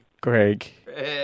Greg